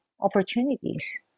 opportunities